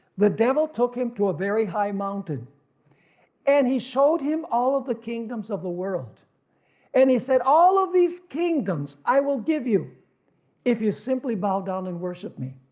the devil took him to a very high mountain and he showed him all of the kingdoms of the world and he said all of these kingdoms i will give you if you simply bow down and worship me.